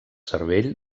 cervell